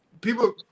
people